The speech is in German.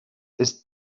ist